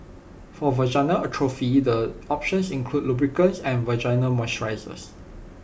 for vaginal atrophy the options include lubricants and vaginal moisturisers